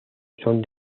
son